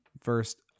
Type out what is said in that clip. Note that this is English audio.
First